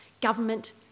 government